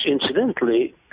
incidentally